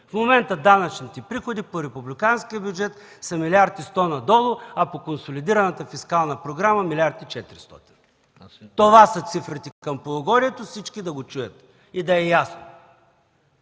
В момента данъчните приходи по републиканския бюджет са милиард и сто надолу, а по консолидираната фискална програма - милиард и четиристотин. Това са цифрите към полугодието, всички да го чуят и да е ясно.